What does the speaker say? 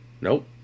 Nope